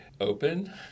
open